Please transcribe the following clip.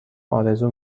آرزو